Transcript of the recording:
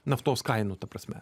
naftos kainų ta prasme